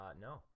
No